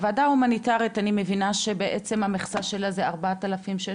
הוועדה ההומניטרית אני מבינה שבעצם המכסה שלה זה 4,600?